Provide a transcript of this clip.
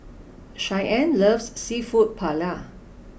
Cheyenne loves seafood Paella